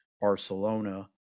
Barcelona